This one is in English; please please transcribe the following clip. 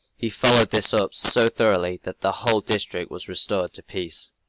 he followed this up so thoroughly, that the whole district was restored to peace.